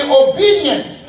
obedient